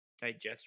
digest